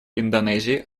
индонезии